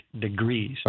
degrees